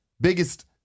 biggest